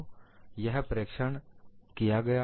तो यह प्रेक्षण किया गया